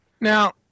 Now